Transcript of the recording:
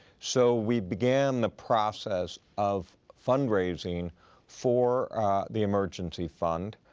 so we began the process of fundraising for the emergency fund.